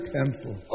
Temple